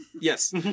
yes